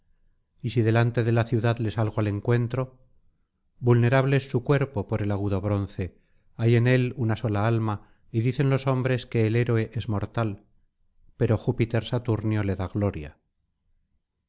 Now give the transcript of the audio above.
y si delante de la ciudad le salgo al encuentro vulnerable es su cuerpo por el agudo bronce hay en él una sola alma y dicen los hombres que el héroe es mortal pero júpiter saturnio le da gloria